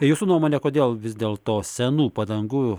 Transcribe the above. jūsų nuomone kodėl vis dėl to senų padangų